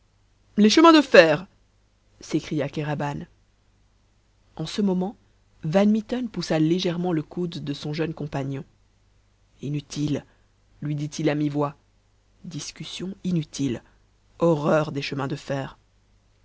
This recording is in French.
les chemins de fer s'écria kéraban en ce moment van mitten poussa légèrement le coude de son jeune compagnon inutile lui dit-il à mi-voix discussion inutile horreur des chemins de fer